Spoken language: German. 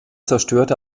zerstörte